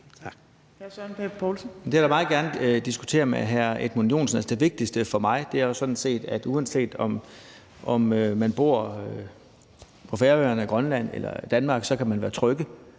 Det vil jeg meget gerne diskutere med hr. Edmund Joensen. Det vigtigste for mig er sådan set, at uanset om man bor på Færøerne eller i Grønland eller i Danmark, så kan man være tryg,